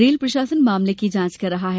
rail प्रशासन मामले की जांच कर रहा है